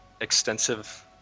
extensive